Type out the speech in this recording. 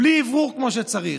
בלי אוורור כמו שצריך,